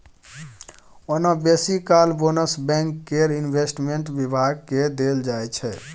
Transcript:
ओना बेसी काल बोनस बैंक केर इंवेस्टमेंट बिभाग केँ देल जाइ छै